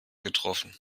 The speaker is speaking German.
getroffen